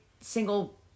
single